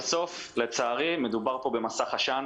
בסוף לצערי מדובר פה במסך עשן.